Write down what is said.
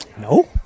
No